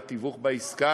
מן התיווך בעסקה.